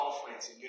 conference